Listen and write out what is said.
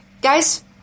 Guys